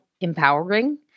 empowering